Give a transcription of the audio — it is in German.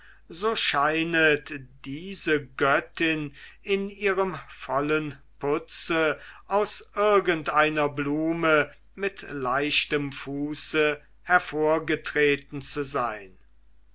so scheinet diese göttin in ihrem vollen putze aus irgendeiner blume mit leichtem fuße hervorgetreten zu sein